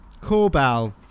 Corbell